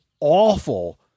awful